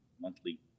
monthly